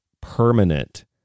permanent